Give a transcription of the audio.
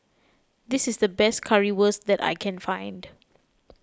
this is the best Currywurst that I can find